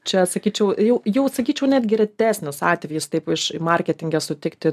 čia sakyčiau jau jau sakyčiau netgi retesnis atvejis taip iš marketinge sutikti